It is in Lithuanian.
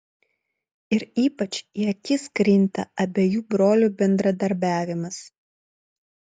ir ypač į akis krinta abiejų brolių bendradarbiavimas